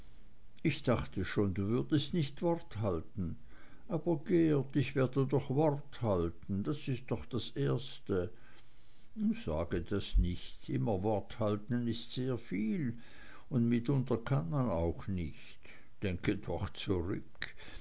ich dachte schon du würdest nicht wort halten aber geert ich werde doch wort halten das ist doch das erste sage das nicht immer wort halten ist sehr viel und mitunter kann man auch nicht denke doch zurück